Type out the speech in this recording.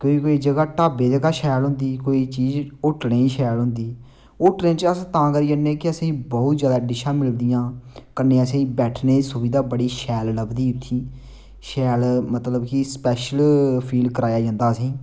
कोई कोई जगह ढाबे च गै शैल होंदी कोई चीज होटलें दी शैल होंदी होटलें च अस्स तां करियै जन्ने कि असेंगी बौह्त जैदा डिशां मिलदियां कन्न्ने असेंगी बैठने दी सुविधा बड़ी शैल लभदी थी शैल मतलब कि स्पैशल फील कराया जंदा असेंगी